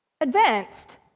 advanced